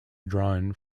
drawn